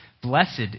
Blessed